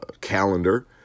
calendar